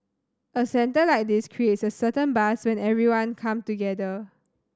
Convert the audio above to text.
a centre like this creates a certain buzz when everybody come together